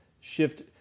shift